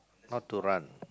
not to run